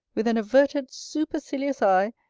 with an averted supercilious eye,